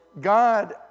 God